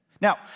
Now